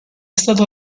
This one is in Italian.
stata